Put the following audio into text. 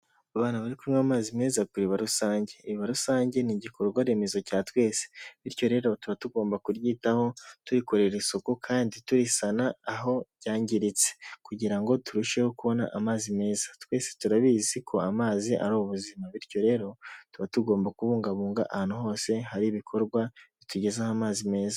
Abantu bari kunywa amazi meza kuri rusange rusange ni igikorwa remezo cya twese bityo rero tuba tugomba kuryitaho tuyikorera isuku kandi tuyisana aho byangiritse kugira ngo turusheho kubona amazi meza twese turabizi ko amazi ari ubuzima bityo rero tuba tugomba kubungabunga ahantu hose hari ibikorwa bitugezaho amazi meza.